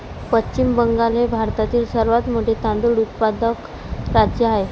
पश्चिम बंगाल हे भारतातील सर्वात मोठे तांदूळ उत्पादक राज्य आहे